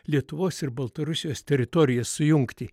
lietuvos ir baltarusijos teritoriją sujungti